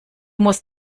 musst